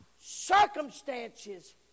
circumstances